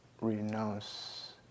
renounce